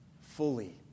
fully